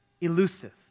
elusive